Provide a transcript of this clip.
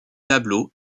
tableau